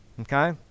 Okay